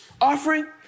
offering